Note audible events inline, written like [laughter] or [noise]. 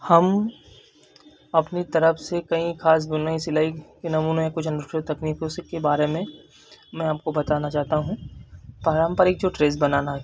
हम अपनी तरफ से कई खास बुनाई सिलाई के नमूने कुछ [unintelligible] तकनीकों से के बारे में मैं आपको बताना चाहता हूँ पारम्परिक जो ड्रेस बनाना है